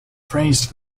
praised